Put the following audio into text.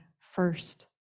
first